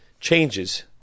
changes